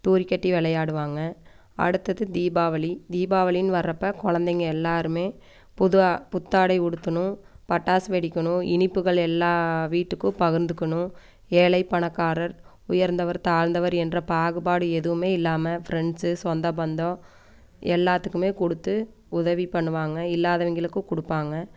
தூரி கட்டி விளையாடுவாங்க அடுத்தது தீபாவளி தீபாவளினு வரப்போ குழந்தைங்க எல்லோருமே பொதுவாக புத்தாடை உடுத்தணும் பட்டாஸ் வெடிக்கணும் இனிப்புகள் எல்லா வீட்டுக்கும் பகிர்ந்துக்கணும் ஏழை பணக்காரர் உயர்ந்தவர் தாழ்ந்தவர் என்ற பாகுபாடு எதுவும் இல்லாமல் ஃப்ரெண்ட்ஸு சொந்த பந்தம் எல்லாத்துக்கும் கொடுத்து உதவி பண்ணுவாங்க இல்லாதவங்களுக்கும் கொடுப்பாங்க